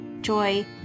joy